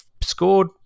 Scored